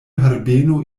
herbeno